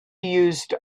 used